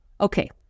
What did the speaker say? Okay